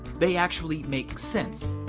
they actually make sense.